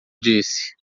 disse